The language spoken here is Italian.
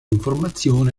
informazioni